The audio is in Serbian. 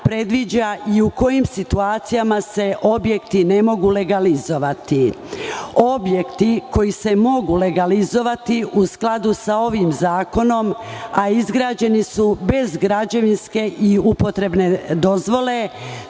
i u kojim situacijama se objekti ne mogu legalizovati. Objekti koji se mogu legalizovati u skladu sa ovim zakonom, a izgrađeni su bez građevinske i upotrebne dozvole